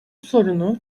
sorunu